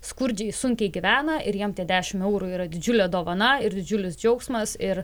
skurdžiai sunkiai gyvena ir jiem tie dešimt eurų yra didžiulė dovana ir didžiulis džiaugsmas ir